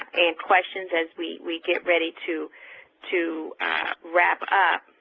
and questions as we we get ready to to wrap up.